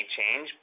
change